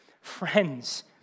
friends